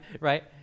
right